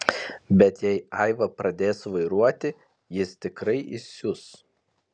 bet jei aiva pradės vairuoti jis tikrai įsius